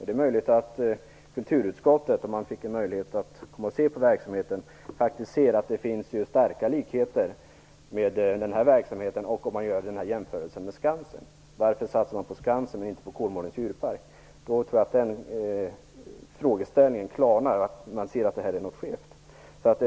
Det är möjligt att kulturutskottet, om man fick en möjlighet att komma och titta på verksamheten, skulle se att det finns stora likheter mellan denna verksamhet och Kolmårdens djurpark? Jag tror att man då skulle se att detta är något skevt.